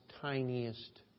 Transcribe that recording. tiniest